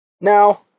Now